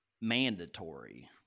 mandatory